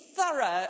Thorough